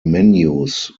menus